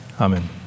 Amen